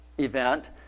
Event